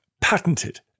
Patented